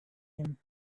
him